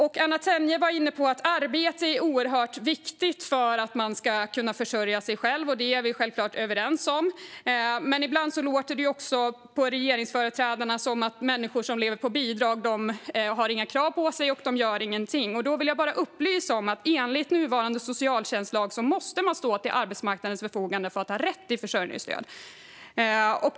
Anna Tenje var inne på att arbete är oerhört viktigt för att man ska försörja sig själv. Det är vi självklart överens om. Men ibland låter det på regeringsföreträdarna som att människor som lever på bidrag inte har några krav ställda på sig och inte gör någonting. Men då kan jag upplysa om att enligt nuvarande socialtjänstlag måste man stå till arbetsmarknadens förfogande för att ha rätt till försörjningsstöd.